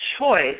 choice